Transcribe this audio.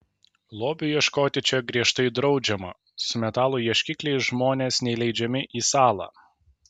lobių ieškoti čia griežtai draudžiama su metalo ieškikliais žmonės neįleidžiami į salą